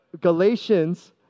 Galatians